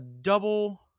double